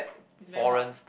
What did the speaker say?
is very muddy